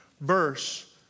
verse